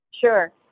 Sure